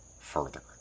further